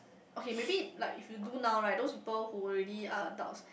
okay maybe like if you do now right those people who already are adults